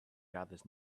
gathers